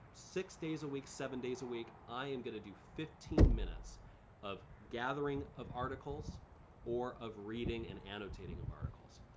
six days a week, seven days a week, i am gonna do fifteen minutes of gathering of articles or of reading and annotating of articles.